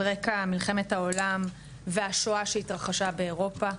על רקע מלחמת העולם והשואה שהתרחשה באירופה.